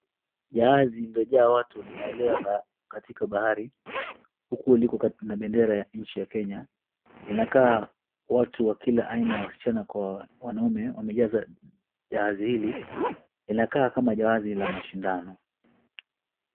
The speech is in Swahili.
Jahazi lililojaa watu linaelea katika bahari, huku liko na bendera ya nchi ya Kenya inakaa watu wa kila aina wasichana kwa wanaume wamejaza jahazi hili inakaa kama jahazi la mashindano.